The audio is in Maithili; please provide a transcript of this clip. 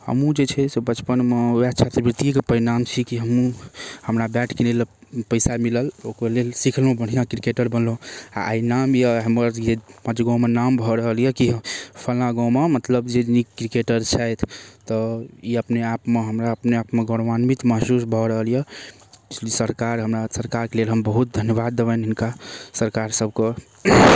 हमहूँ जे छै बचपनमे वएह छात्रवृत्तिके परिणाम छी कि हमहूँ हमरा बैट किनैलए पइसा मिलल ओहि लेल सिखलहुँ बढ़िआँ किरकेटर बनलहुँ आओर आइ नाम अइ हमर जे पाँच गाममे नाम भऽ रहल अइ कि हँ फलाँ गाममे जे मतलब जे नीक किरकेटर छथि तऽ ई अपने आपमे हमरा अपने आपमे गौरवान्वित महसूस भऽ रहल अइ जे सरकार हमरा सरकारके लेल हम बहुत धन्यवाद देबनि हिनका सरकार सबके